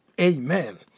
Amen